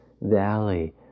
valley